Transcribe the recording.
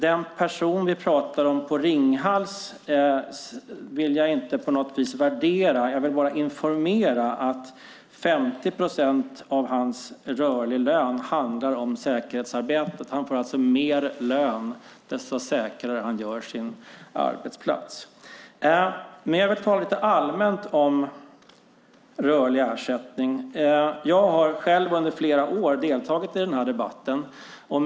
Den person som vi pratar om på Ringhals vill jag inte på något vis värdera. Jag vill bara informera om att 50 procent av hans rörliga lön handlar om säkerhetsarbetet. Han får alltså mer lön ju säkrare han gör sin arbetsplats. Jag vill tala lite allmänt om rörlig ersättning. Jag har själv under flera år deltagit i denna debatt.